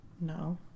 No